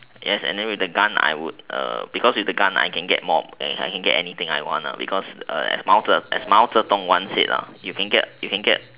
yes and then with the gun I would err because with the gun I can get more I can get anything I want ah because as mao-zedong as mao-zedong once said ah you can get you can get